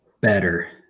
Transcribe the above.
better